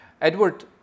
Edward